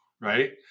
Right